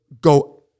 go